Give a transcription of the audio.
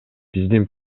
биздин